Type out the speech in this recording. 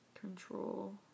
Control